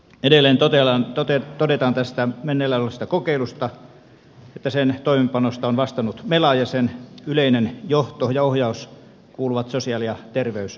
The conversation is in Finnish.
edelleen todetaan tästä meneillä olevasta kokeilusta että sen toimeenpanosta on vastannut mela ja sen yleinen johto ja ohjaus kuuluvat sosiaali ja terveysministeriölle